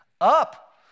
Up